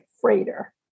freighter